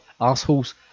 Assholes